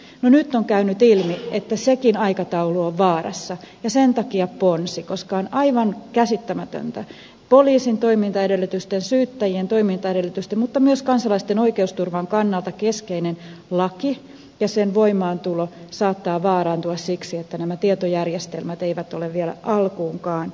no nyt on käynyt ilmi että sekin aikataulu on vaarassa ja sen takia ponsi koska on aivan käsittämätöntä että poliisin toimintaedellytysten syyttäjien toimintaedellytysten mutta myös kansalaisten oikeusturvan kannalta keskeinen laki ja sen voimaantulo saattavat vaarantua siksi että nämä tietojärjestelmät eivät ole vielä alkuunkaan valmiit